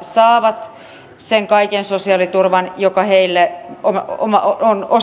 saavat sen kaiken sosiaaliturvan joka heille osaltaan kuuluu